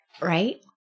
Right